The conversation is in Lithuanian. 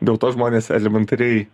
dėl to žmonės elementariai